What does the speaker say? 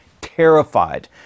terrified